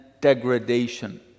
degradation